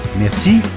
Merci